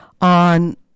on